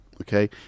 Okay